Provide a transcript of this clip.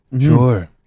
Sure